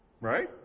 Right